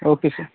okay sir